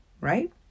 right